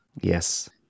Yes